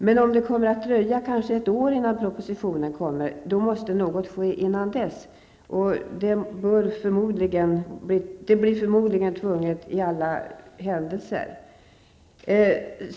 Men om det kommer att dröja kanske ett år innan propositionen kommer, måste något ske innan dess. Det blir förmodligen tvunget i alla händelser.